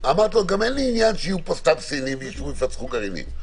אמרתי לו גם שאין לי עניין שיהיו פה סתם סינים שישבו ויפצחו גרעינים.